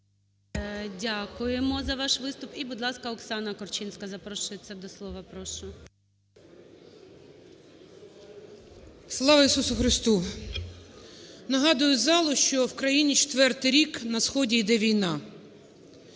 Дякуємо за ваш виступ. І будь ласка, Оксана Корчинська запрошується до слова. Прошу. 10:22:58 КОРЧИНСЬКА О.А. Слава Ісусу Христу. Нагадую залу, що в країні четвертий рік на сході йде війна.